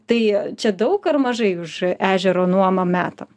tai čia daug ar mažai už ežero nuomą metam